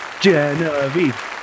Genevieve